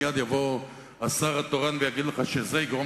מייד יבוא השר התורן ויגיד לך שזה יגרום